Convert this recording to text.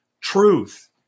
truth